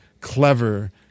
clever